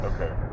Okay